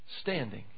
standing